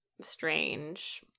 strange